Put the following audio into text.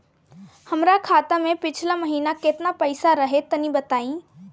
हमरा खाता मे पिछला महीना केतना पईसा रहे तनि बताई?